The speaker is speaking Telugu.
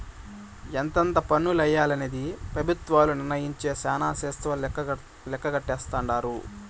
ఎంతెంత పన్నులెయ్యాలనేది పెబుత్వాలు నిర్మయించే శానా స్వేచ్చగా లెక్కలేస్తాండారు